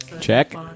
check